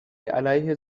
علیه